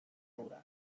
dura